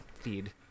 feed